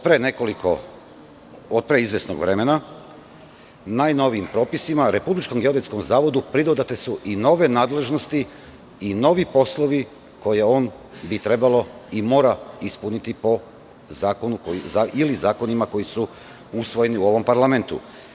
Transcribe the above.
Pre izvesnog vremena, najnovijim propisima, Republičkom geodetskom zavodu pridodate su i nove nadležnosti i novi poslovi koje bi on trebalo i mora ispuniti, po zakonima koji su usvojeni u ovom parlamentu.